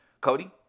Cody